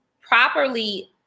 properly